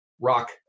rock